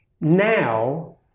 Now